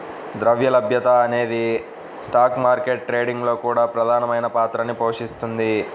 ద్రవ్య లభ్యత అనేది స్టాక్ మార్కెట్ ట్రేడింగ్ లో కూడా ప్రధానమైన పాత్రని పోషిస్తుంది